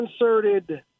inserted